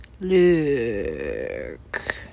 look